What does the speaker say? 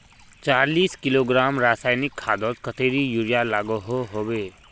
चालीस किलोग्राम रासायनिक खादोत कतेरी यूरिया लागोहो होबे?